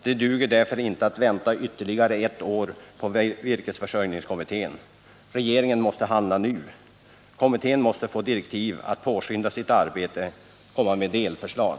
Det duger därför inte att vänta ytterligare ett år på virkesföj nu. Kommittén måste få direktiv att påskynda sitt arbete och lägga fram örjningskommittén. Regeringen måste handla delförslag.